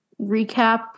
recap